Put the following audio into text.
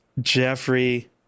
Jeffrey